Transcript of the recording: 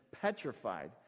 petrified